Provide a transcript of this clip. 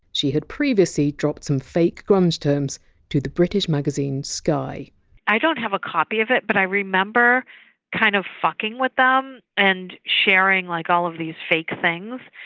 she had previously dropped some fake grunge terms to the british magazine sky i don't have a copy of it, but i remember kind of fucking with them and sharing like all of these fake things,